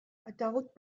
adult